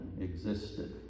existed